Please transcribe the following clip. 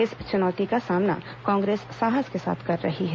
इस चुनौती का सामना कांग्रेस साहस के साथ कर रही है